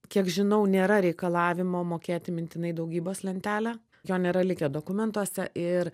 kiek žinau nėra reikalavimo mokėti mintinai daugybos lentelę jo nėra likę dokumentuose ir